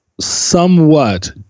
somewhat